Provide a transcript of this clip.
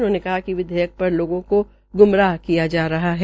उन्होंने कहा कि विधेयक र लोगों को ग्मराह किया जा रहा है